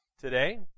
today